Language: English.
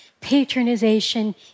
patronization